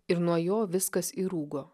ir nuo jo viskas įrūgo